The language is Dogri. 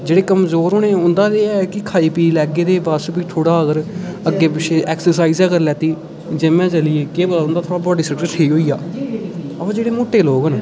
जेह्ड़े कमज़ोर न उं'दा ते एह् ऐ कि खाई पी लैह्गे ते अग्गें ते बस भी थोह्ड़ा अगर अग्गें पिच्छें ऐक्सरसाइज़ गै करी लैती जिम गै चली गे केह् पता उं'दा थोह्ड़ा बाड्डी स्ट्रक्चर गै ठीक होई जा ओह् अबा जेह्ड़े मुट्टे लोक न